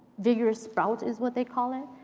vigorous sprout, is what they call it.